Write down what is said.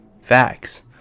facts